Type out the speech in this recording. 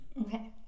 Okay